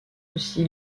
aussi